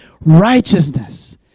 righteousness